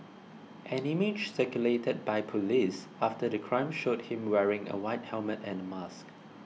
an image circulated by police after the crime showed him wearing a white helmet and a mask